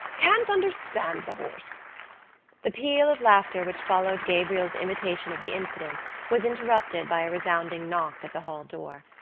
can't understand the horse the peal of laughter which followed gabriel's imitation of the incident was interrupted by a resounding knock at the hall door.